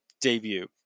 debut